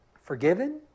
forgiven